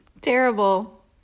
Terrible